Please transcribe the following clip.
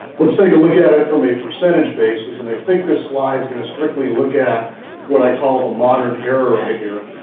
let's take a look yeah at it from a percentage basis, and i think this slide's gonna strictly look at what i call modern era right here.